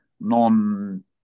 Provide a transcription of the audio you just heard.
non